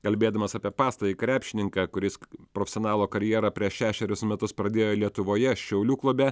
kalbėdamas apie pastarąjį krepšininką kuris profesionalo karjerą prieš šešerius metus pradėjo lietuvoje šiaulių klube